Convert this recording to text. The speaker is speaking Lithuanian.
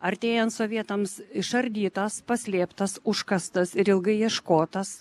artėjant sovietams išardytas paslėptas užkastas ir ilgai ieškotas